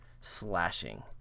slashing